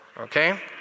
okay